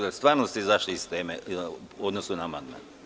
Stvarno ste izašli iz teme u odnosu na amandman.